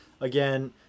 Again